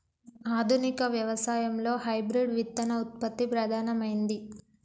ఆధునిక వ్యవసాయం లో హైబ్రిడ్ విత్తన ఉత్పత్తి ప్రధానమైంది